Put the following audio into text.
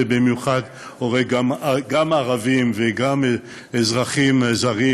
ובמיוחד הורג גם ערבים וגם אזרחים זרים,